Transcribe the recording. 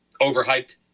overhyped